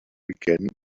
began